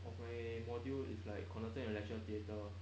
of my module is like conducted in the lecture theatre